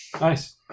Nice